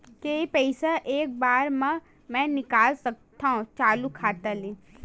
के पईसा एक बार मा मैं निकाल सकथव चालू खाता ले?